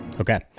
Okay